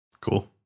Cool